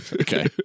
Okay